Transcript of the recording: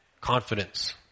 confidence